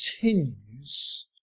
continues